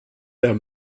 der